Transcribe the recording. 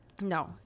No